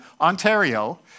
Ontario